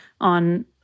on